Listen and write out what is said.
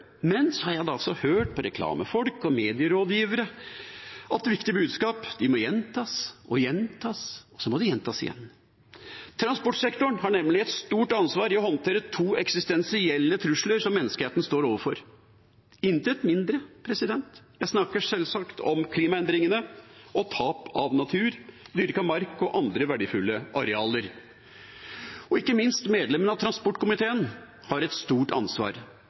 men jeg har hørt fra reklamefolk og medierådgivere at viktige budskap må gjentas og gjentas, og så må de gjentas igjen. Transportsektoren har nemlig et stort ansvar i å håndtere to eksistensielle trusler som menneskeheten står overfor – intet mindre. Jeg snakker selvsagt om klimaendringene og tap av natur, dyrket mark og andre verdifulle arealer. Ikke minst har medlemmene av transportkomiteen et stort ansvar.